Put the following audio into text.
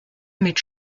mit